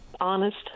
honest